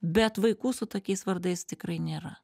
bet vaikų su tokiais vardais tikrai nėra